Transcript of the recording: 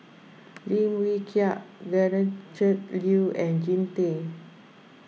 Lim Wee Kiak Gretchen Liu and Jean Tay